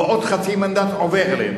ועוד חצי מנדט עובר אלינו,